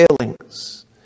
failings